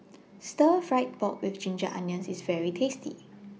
Stir Fry Pork with Ginger Onions IS very tasty